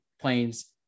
planes